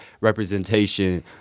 representation